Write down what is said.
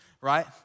right